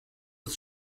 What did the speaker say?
het